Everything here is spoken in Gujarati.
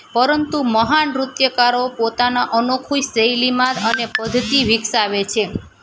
પરંતુ મહાન નૃત્યકારો પોતાના અનોખું શૈલીમાં અને પદ્ધતિ વિકસાવે છે